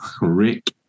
rick